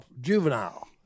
juvenile